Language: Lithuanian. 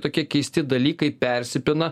tokie keisti dalykai persipina